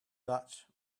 that